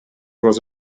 was